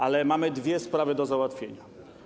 Ale mamy dwie sprawy do załatwienia.